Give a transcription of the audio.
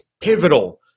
pivotal